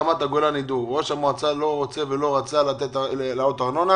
ראש המועצה שואל למה אתם קוראים להם רשות מונשמת.